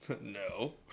No